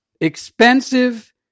expensive